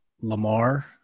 lamar